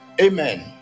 amen